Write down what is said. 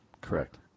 Correct